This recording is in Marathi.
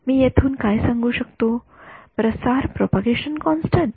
मी येथून काय सांगू शकतो प्रसार प्रोपोगेशन कॉन्स्टन्ट